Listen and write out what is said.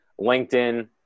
LinkedIn